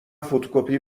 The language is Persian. فتوکپی